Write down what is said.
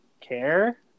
care